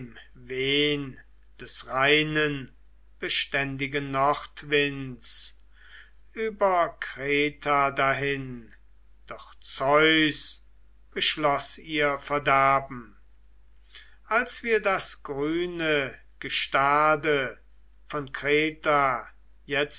des reinen beständigen nordwinds über kreta dahin doch zeus beschloß ihr verderben als wir das grüne gestade von kreta